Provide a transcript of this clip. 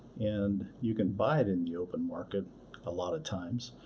and you can buy it in the open market a lot of times.